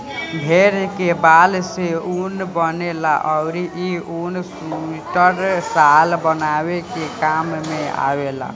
भेड़ के बाल से ऊन बनेला अउरी इ ऊन सुइटर, शाल बनावे के काम में आवेला